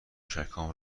تشکهام